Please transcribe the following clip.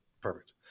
Perfect